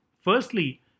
Firstly